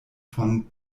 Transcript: von